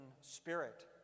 spirit